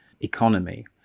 economy